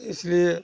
इसलिए